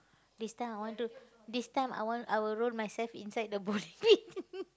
this time I want to this time I want I will roll myself inside the